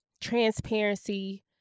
Transparency